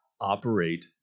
operate